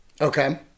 Okay